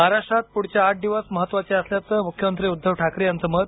महाराष्ट्रात पुढचे आठ दिवस महत्त्वाचे असल्याचं मुख्यमंत्री उद्धव ठाकरे यांचं मत